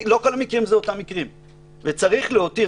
לא כל המקרים הם אותם מקרים וצריך להותיר